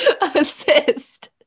assist